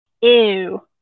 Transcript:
Ew